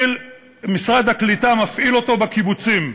שמשרד העלייה והקליטה מפעיל בקיבוצים.